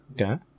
Okay